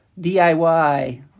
DIY